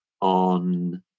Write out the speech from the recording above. on